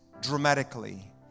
dramatically